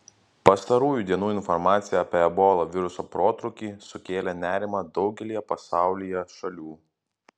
pastarųjų dienų informacija apie ebola viruso protrūkį sukėlė nerimą daugelyje pasaulyje šalių